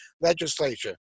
legislature